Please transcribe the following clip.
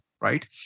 right